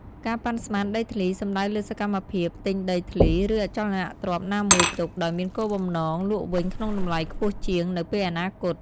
ការប៉ាន់ស្មានដីធ្លី សំដៅលើសកម្មភាព ទិញដីធ្លី ឬអចលនទ្រព្យណាមួយទុក ដោយមានគោលបំណង លក់វិញក្នុងតម្លៃខ្ពស់ជាង នៅពេលអនាគត។